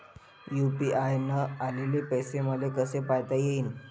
UPI न आलेले पैसे मले कसे पायता येईन?